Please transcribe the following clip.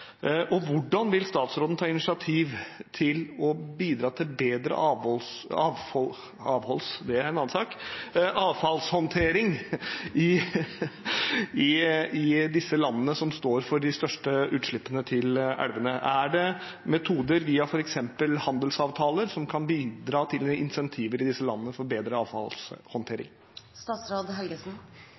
Hvordan vil statsråden ta initiativ til å bidra til bedre avholds …– nei, avholds er en annen sak! Hvordan vil statsråden ta initiativ til å bidra til bedre avfallshåndtering i de landene som står for de største utslippene til elvene? Er det metoder via f.eks. handelsavtaler som kan bidra til incentiver i disse landene for bedre